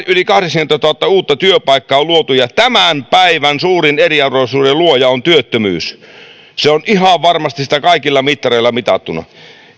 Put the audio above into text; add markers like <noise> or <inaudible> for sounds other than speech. <unintelligible> yli kahdeksankymmentätuhatta uutta työpaikkaa on luotu ja tämän päivän suurin eriarvoisuuden luoja on työttömyys se on ihan varmasti sitä kaikilla mittareilla mitattuna